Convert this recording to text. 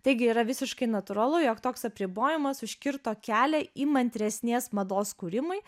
taigi yra visiškai natūralu jog toks apribojimas užkirto kelią įmantresnės mados kūrimui